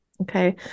okay